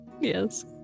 Yes